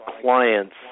clients